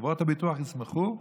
חברות הביטוח ישמחו,